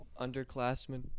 underclassmen